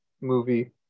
movie